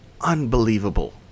unbelievable